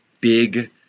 big